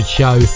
show